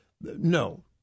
No